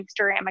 Instagram